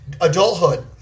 adulthood